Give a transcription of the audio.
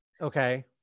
Okay